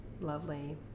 Lovely